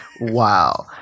wow